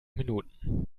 minuten